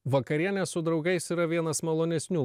vakarienė su draugais yra vienas malonesnių